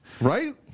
Right